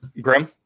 Grim